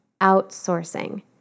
outsourcing